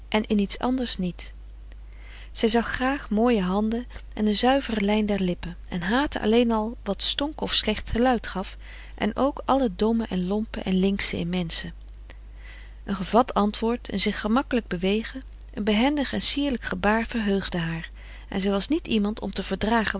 en in iets anders niet zij zag graag mooie handen en een zuivere lijn der lippen en haatte alleen al wat stonk of slecht geluid gaf en ook al het domme en lompe en linksche in menschen een gevat antwoord een zich frederik van eeden van de koele meren des doods gemakkelijk bewegen een behendig en sierlijk gebaar verheugde haar en zij was niet iemand om te verdragen